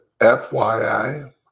FYI